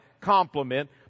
compliment